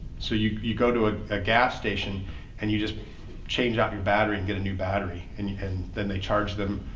so you you go to ah a gas station and you just change out your battery and get a new battery and and then they charge them